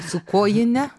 su kojine